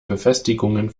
befestigungen